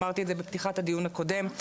אמרתי את זה בפתיחת הדיון הקודם.